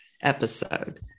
episode